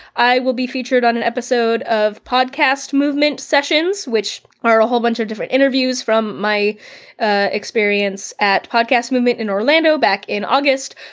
i will be featured on an episode of podcast movement sessions, which are a whole bunch of different interviews from my ah experience at podcast movement in orlando back in august.